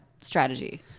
strategy